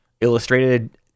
illustrated